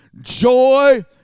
Joy